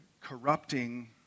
corrupting